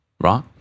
right